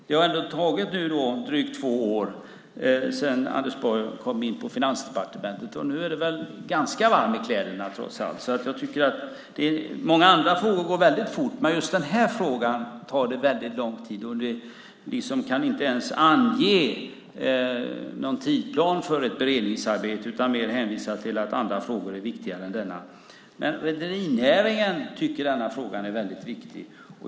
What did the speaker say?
Det har ändå tagit drygt två år sedan Anders Borg kom in på Finansdepartementet. Nu är du väl ganska varm i kläderna - trots allt. Många andra frågor går fort, men just den här frågan tar lång tid. Det går inte ens att ange någon tidsplan för ett beredningsarbete, utan det hänvisas till att andra frågor är viktigare än denna. Rederinäringen tycker att denna fråga är viktig.